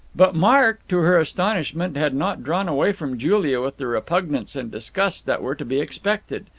but mark, to her astonishment, had not drawn away from julia with the repugnance and disgust that were to be expected.